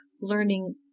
learning